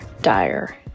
dire